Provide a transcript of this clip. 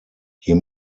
hier